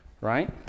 right